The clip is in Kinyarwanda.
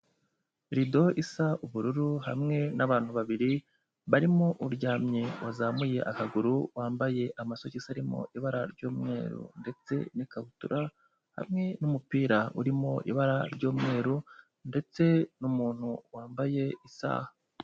Irido isa ubururu hamwe n'abantu babiri barimo uryamye wazamuye akaguru, wambaye amasogisi arimo ibara ry'umweru ndetse n'ikabutura hamwe n'umupira urimo ibara ry'umweru, ndetse n'umuntu wambaye isaha.